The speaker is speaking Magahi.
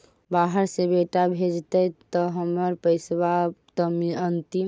बाहर से बेटा भेजतय त हमर पैसाबा त अंतिम?